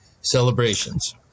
celebrations